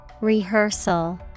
Rehearsal